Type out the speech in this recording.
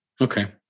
okay